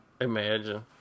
imagine